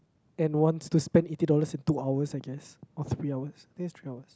and wants to spend eighty dollars in two hours I guess or three hours I think it's three hours